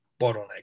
bottleneck